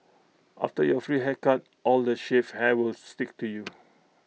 after your free haircut all the shaved hair will stick to you